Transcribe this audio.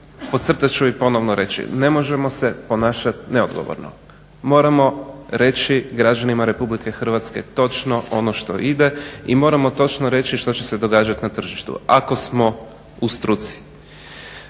Podcrtat ću i ponovno reći, ne možemo se ponašat neodgovorno, moramo reći građanima RH točno ono što ide i moramo točno reći što će se događat na tržištu, ako smo u struci.